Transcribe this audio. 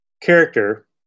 character